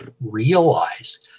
realize